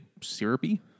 syrupy